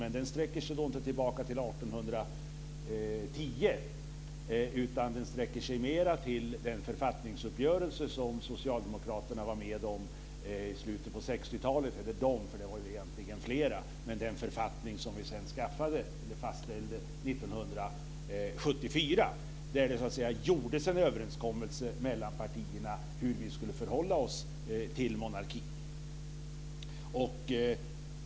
Men den sträcker sig inte tillbaka till 1810 utan till den eller de författningsuppgörelser - för de var ju egentligen flera - som Socialdemokraterna var med om i slutet på 60-talet. Den författningen fastställde vi sedan 1974. Där gjordes det en överenskommelse mellan partierna om hur vi skulle förhålla oss till monarki.